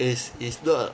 it's it's not